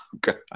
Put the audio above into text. God